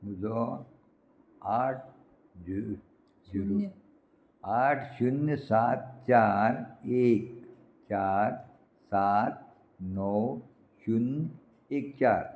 म्हजो आठ आठ शुन्य सात चार एक चार सात णव शुन्य एक चार